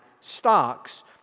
stocks